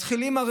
מתחילים,